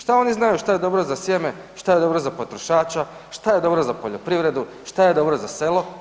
Što oni znaju što je dobro za sjeme, što je dobro za potrošača, što je dobro za poljoprivredu, što je dobro za selo?